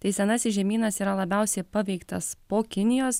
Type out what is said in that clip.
tai senasis žemynas yra labiausiai paveiktas po kinijos